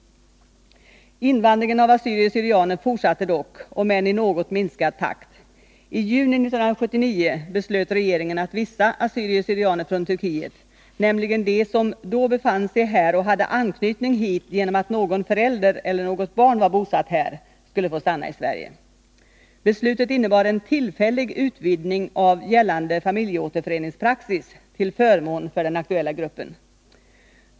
Invandringen av assyrier syrianer från Turkiet, nämligen de som då befann sig här och hade anknytning hit genom att någon förälder eller något barn var bosatt här, skulle få stanna i Sverige. Beslutet innebar en tillfällig utvidgning av gällande familjeåterföreningspraxis till förmån för den aktuella gruppen.